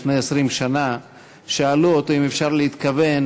לפני 20 שנה שאלו אותו אם אפשר להתכוון